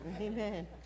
Amen